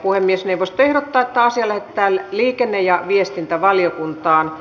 puhemiesneuvosto ehdottaa että asia lähetetään liikenne ja viestintävaliokuntaan